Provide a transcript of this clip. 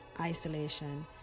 isolation